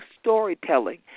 storytelling